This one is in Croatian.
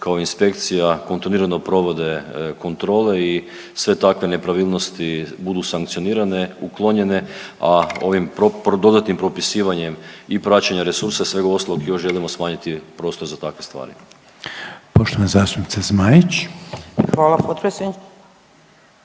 kao inspekcija kontinuirano provode kontrole i sve takve nepravilnosti budu sankcionirane, uklonjene, a ovim dodatnim propisivanjem i praćenja resursa i svega ostalog još želimo smanjiti prostor za takve stvari. **Reiner, Željko (HDZ)** Poštovana